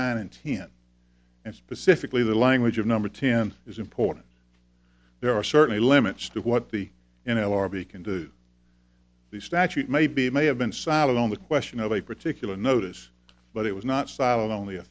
nine and ten and specifically the language of number ten is important there are certainly limits to what the n l r b can do the statute may be may have been silent on the question of a particular notice but it was not silent only